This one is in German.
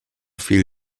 fiel